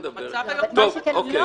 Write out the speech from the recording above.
--- די,